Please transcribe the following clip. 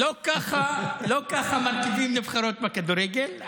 לא ככה מרכיבים נבחרות בכדורגל,